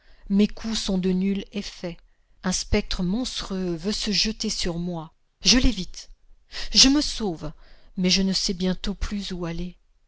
mes coups sont de nul effet un spectre monstrueux veut se jeter sur moi je l'évite je me sauve mais je ne sais bientôt plus où aller